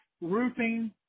Roofing